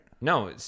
No